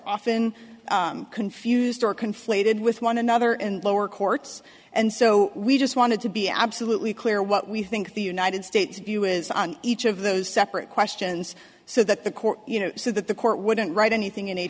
often confused or conflated with one another and lower courts and so we just wanted to be absolutely clear what we think the united states view is on each of those separate questions so that the court you know so that the court wouldn't write anything in a